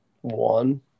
One